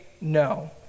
no